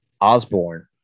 Osborne